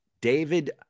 David